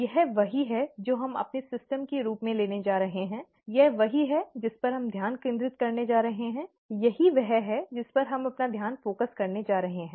यह वही है जो हम अपने सिस्टम के रूप में लेने जा रहे हैं यह वही है जिस पर हम ध्यान केंद्रित करने जा रहे हैं यही वह है जिस पर हम अपना ध्यान फोकस करने जा रहे हैं